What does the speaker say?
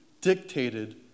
dictated